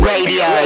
Radio